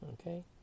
okay